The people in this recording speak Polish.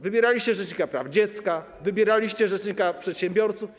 Wybieraliście rzecznika praw dziecka, wybieraliście rzecznika przedsiębiorców.